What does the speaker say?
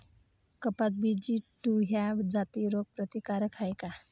कपास BG two ह्या जाती रोग प्रतिकारक हाये का?